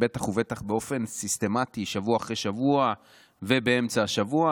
בטח ובטח באופן סיסטמטי שבוע אחרי שבוע ובאמצע השבוע,